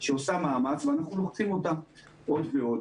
שעושה מאמץ ואנחנו לוחצים אותה עוד ועוד.